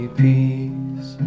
peace